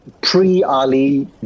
pre-Ali